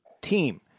team